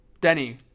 Denny